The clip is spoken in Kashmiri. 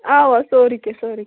اوا سورٕے کیٚنٛہہ سورٕے کیٚنٛہہ